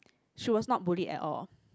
she was not bullied at all